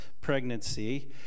pregnancy